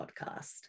Podcast